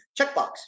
checkbox